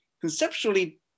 conceptually